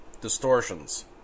distortions